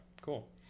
Cool